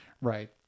right